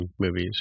movies